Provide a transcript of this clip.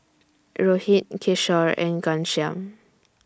Rohit Kishore and Ghanshyam